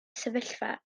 sefyllfa